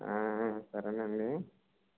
సరేనండీ